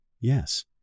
yes